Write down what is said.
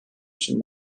için